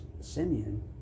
Simeon